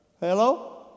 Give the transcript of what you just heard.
Hello